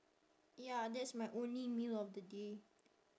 ya that's my only meal of the day